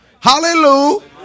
Hallelujah